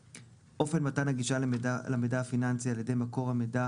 אופן מתן הגישה למידע הפיננסי על ידי מקור המידע